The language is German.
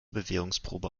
bewährungsprobe